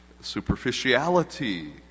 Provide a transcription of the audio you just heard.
superficiality